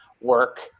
work